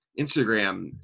Instagram